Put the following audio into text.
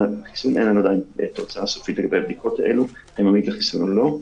אין עדיין תוצאה סופית לגבי הבדיקות האלה אם הוא עמיד לחיסון או לא.